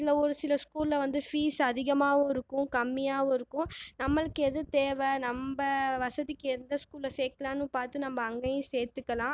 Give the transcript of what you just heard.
இந்த ஒரு சில ஸ்கூலில் வந்து ஃபீஸ் அதிகமாகருக்கும் கம்மியாகருக்கும் நம்மளுக்கு எது தேவை நம்ம வசதிக்கேற்ற ஸ்கூலில் சேர்க்கலாம்னு பார்த்து நம்ம அங்கேயும் சேர்த்துக்கலாம்